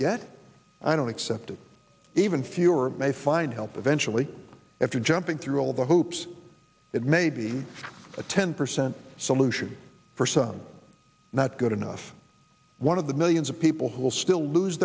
get i don't accept and even fewer may find help eventually after jumping through all the hoops it may be a ten percent solution for some not good enough one of the millions of people who will still lose